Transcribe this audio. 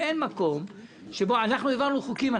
אנחנו העברנו חוקים.